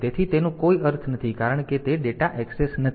તેથી તેનો કોઈ અર્થ નથી કારણ કે તે ડેટા એક્સેસ નથી